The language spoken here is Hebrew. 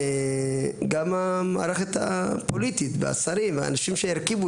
גם המערכת הפוליטית והשרים והאנשים שירכיבו